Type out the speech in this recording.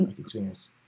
experience